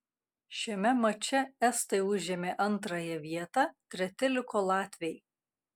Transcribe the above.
šiame mače estai užėmė antrąją vietą treti liko latviai